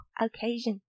occasion